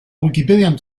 wikipedian